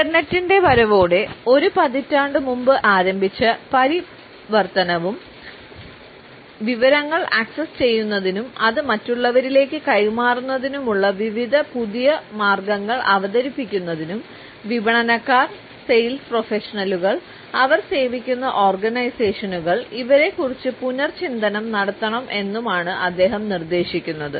ഇൻറർനെറ്റിന്റെ വരവോടെ ഒരു പതിറ്റാണ്ട് മുമ്പ് ആരംഭിച്ച പരിവർത്തനവും വിവരങ്ങൾ ആക്സസ് ചെയ്യുന്നതിനും അത് മറ്റുള്ളവരിലേക്ക് കൈമാറുന്നതിനുമുള്ള വിവിധ പുതിയ മാർഗ്ഗങ്ങൾ അവതരിപ്പിക്കുന്നതിനും വിപണനക്കാർ സെയിൽസ് പ്രൊഫഷണലുകൾ അവർ സേവിക്കുന്ന ഓർഗനൈസേഷനുകൾ ഇവരെക്കുറിച്ച് പുനർചിന്തനം നടത്തണം എന്നുമാണ് അദ്ദേഹം നിർദ്ദേശിക്കുന്നത്